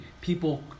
people